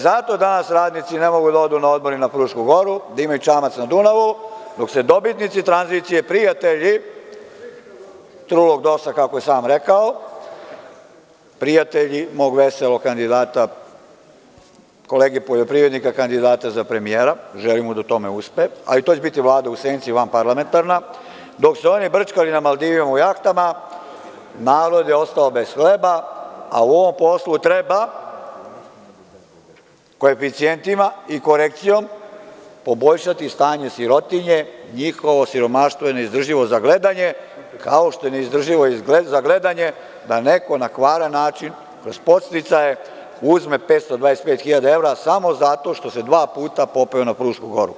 Zato danas radnici ne mogu da odu na odmor i na Frušku Goru, da imaju čamac na Dunavu, dok se dobitnici tranzicije, prijatelji trulog DOS-a, kako je sam rekao, prijatelji mog veselog kandidata, kolege poljoprivrednika, kandidata za premijera, želim mu da u tome uspe, a i to će biti vlada u senci, vanparlamentarna, dok se oni brčkaju na Maldivima u jahtama, narod je ostao bez hleba, a u ovom poslu treba koeficijentima i korekcijom poboljšati stanje sirotinje, njihovo siromaštvo je neizdrživo za gledanje, kao što je neizdrživo za gledanje da neko na kvaran način, kroz podsticaje, uzme 525.000 evra, samo zato što se dva puta popeo na Frušku Goru.